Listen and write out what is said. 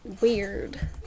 weird